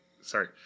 sorry